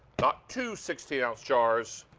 not to sixty ounce jars,